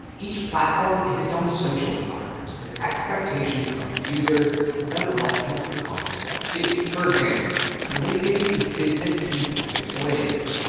each platform is its own social environment, with expectations from its users about what types of content they'll see. for example, linkedin is business and employment oriented.